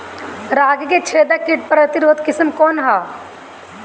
रागी क छेदक किट प्रतिरोधी किस्म कौन ह?